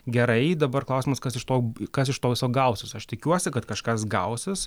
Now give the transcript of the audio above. gerai dabar klausimas kas iš to kas iš to viso gausis aš tikiuosi kad kažkas gausis